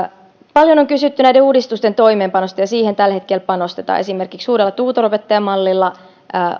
paljon on kysytty näiden uudistusten toimeenpanosta siihen tällä hetkellä panostetaan esimerkiksi uudella tutoropettajamallilla